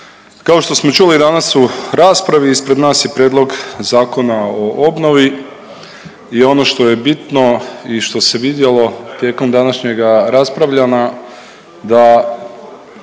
kao što smo čuli danas u raspravi ispred nas je Prijedlog Zakona o obnovi i ono što je bitno i što se vidjelo tijekom današnjega raspravljanja da